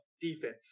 Defense